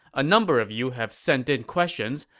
a number of you have sent in questions,